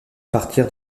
partir